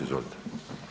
Izvolite.